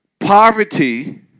Poverty